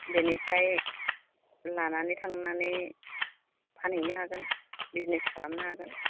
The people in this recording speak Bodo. बेनिफ्राय लानानै थांनानै फानहैनो हागोन बिजनेस खालामनो हागोन